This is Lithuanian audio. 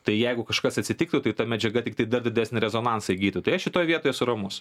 tai jeigu kažkas atsitiktų tai ta medžiaga tiktai dar didesnį rezonansą įgytų tai aš šitoj vietoj esu ramus